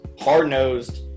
Hard-nosed